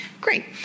Great